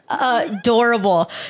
adorable